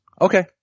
Okay